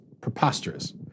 preposterous